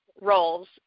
roles